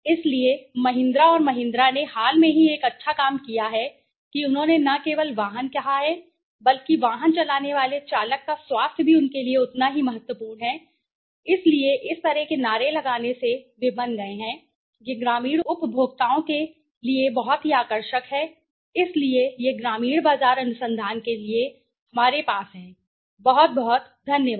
इसलिए महिंद्रा और महिंद्रा ने हाल ही में एक अच्छा काम किया है कि उन्होंने न केवल वाहन कहा है बल्कि वाहन चलाने वाले चालक का स्वास्थ्य भी उनके लिए उतना ही महत्वपूर्ण है इसलिए इस तरह के नारे लगाने से वे बन गए हैं यह ग्रामीण उपभोक्ताओं के लिए बहुत ही आकर्षक है इसलिए यह ग्रामीण बाजार अनुसंधान के लिए हमारे पास है बहुत बहुत धन्यवाद